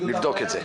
נבדוק את זה.